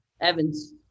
Evans